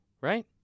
right